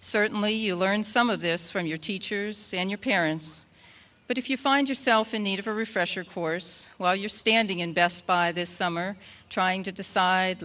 certainly you learn some of this from your teachers and your parents but if you find yourself in need of a refresher course while you're standing in best buy this summer trying to decide